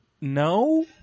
no